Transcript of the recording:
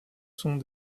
sont